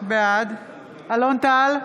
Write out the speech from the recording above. בעד אלון טל,